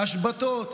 השבתות,